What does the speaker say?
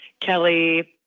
Kelly